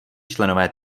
členové